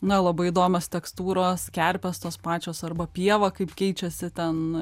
na labai įdomios tekstūros kerpės tos pačios arba pieva kaip keičiasi ten